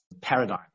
paradigm